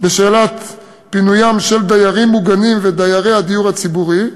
בשאלת פינוים של דיירים מוגנים ודיירי הדיור הציבורי.